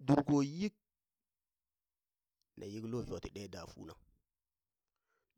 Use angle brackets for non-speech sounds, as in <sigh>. Durko yik na yik lo <noise> shoti ɗe dafuna